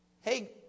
hey